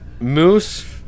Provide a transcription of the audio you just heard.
moose